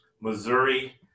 Missouri